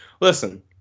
Listen